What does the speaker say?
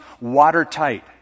watertight